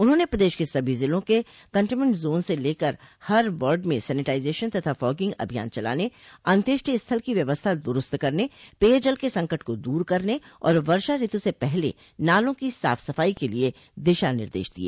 उन्होंने प्रदेश के सभी जिलों के कंटेनमेंट जोन से लेकर हर वार्ड में सैनिटाइजेशन एवं फॉगिंग अभियान चलाने अंत्यष्टि स्थल की व्यवस्था दुरुस्त करने पेय जल के संकट को दूर करने और वर्षा ऋतु से पहले नालों की साफ सफाई के लिए दिशा निर्देश दिए